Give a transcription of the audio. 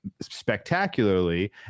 spectacularly